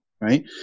right